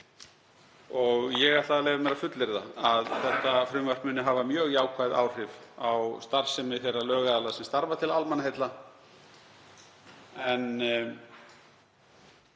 Ég ætla að leyfa mér að fullyrða að þetta frumvarp muni hafa mjög jákvæð áhrif á starfsemi þeirra lögaðila sem starfa til almannaheilla en